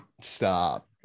Stop